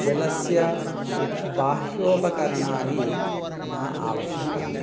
जलस्य उ बाह्योपकरणानि न आवश्यकानि